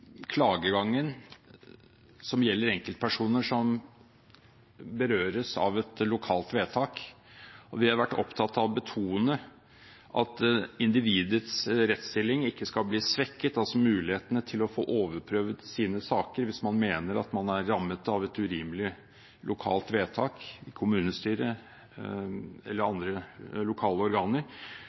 klagegangen, som gjelder enkeltpersoner som berøres av et lokalt vedtak. Vi har vært opptatt av å betone at individets rettsstilling ikke skal bli svekket, altså mulighetene til å få overprøvd sin sak hvis man mener man er rammet av et urimelig lokalt vedtak i kommunestyret eller i andre lokale organer.